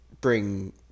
bring